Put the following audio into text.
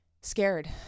scared